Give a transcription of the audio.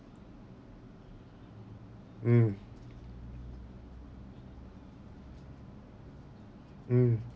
mm mm